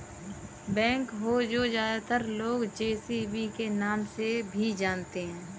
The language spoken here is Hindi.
बैकहो को ज्यादातर लोग जे.सी.बी के नाम से भी जानते हैं